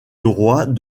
droit